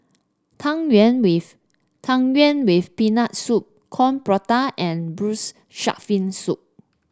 Tang Yuen with Tang Yuen with Peanut Soup Coin Prata and Braised Shark Fin Soup